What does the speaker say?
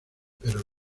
pero